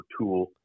tool